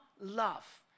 love